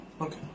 Okay